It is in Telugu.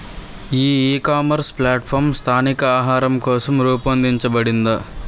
ఈ ఇకామర్స్ ప్లాట్ఫారమ్ స్థానిక ఆహారం కోసం రూపొందించబడిందా?